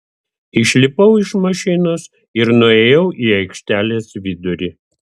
išlipau iš mašinos ir nuėjau į aikštelės vidurį